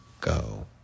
go